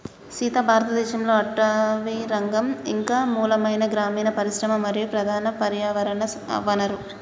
సీత భారతదేసంలో అటవీరంగం ఇంక మూలమైన గ్రామీన పరిశ్రమ మరియు ప్రధాన పర్యావరణ వనరు